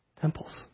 temples